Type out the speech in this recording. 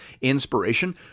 inspiration